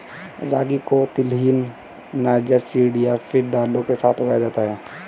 रागी को तिलहन, niger seed या फिर दालों के साथ उगाया जाता है